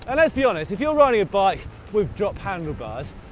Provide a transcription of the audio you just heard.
and let's be honest, if you're riding a bike with drop handlebars,